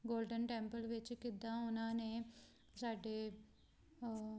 golden Temple ਵਿੱਚ ਕਿੱਦਾਂ ਉਹਨਾਂ ਨੇ ਸਾਡੇ